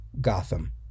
Gotham